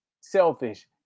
selfish